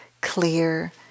clear